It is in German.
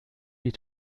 die